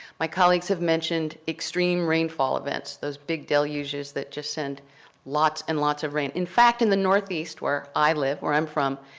my colleagues have mentioned extreme rainfall events, those big deluges that just send lots and lots of rain. in fact, in the northeast where i live, where i'm from,